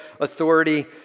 authority